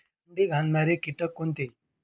अंडी घालणारे किटक कोणते?